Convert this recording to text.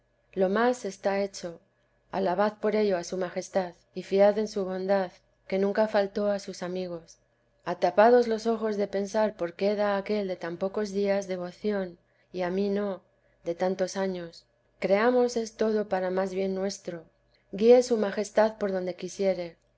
lo más está hecho alabad por ello a su magestad y fiad en su bondad que nunca faltó a sus amigos atapados los ojos de pensar por qué da a aquel de tan pocos días devoción y a mí no de tantos años creamos es todo para más bien nuestro guíe su majestad por donde quisiere